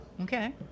Okay